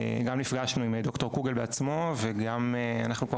גם נפגשנו עם ד"ר קוגל בעצמו וגם אנחנו פה